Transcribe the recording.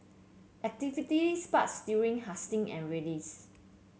activity spikes during hustings and rallies